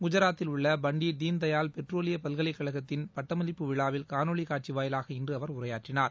குஜராத்தில் உள்ள பண்டிட் தீனதயாள் பெட்ரோலிய பல்கலைக்கழகத்தின் பட்டமளிப்பு விழாவில் காணொலி காட்சி வாயிலாக இன்று அவர் உரையாற்றினார்